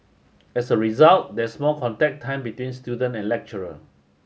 as a result there's more contact time between student and lecturer